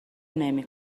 نمی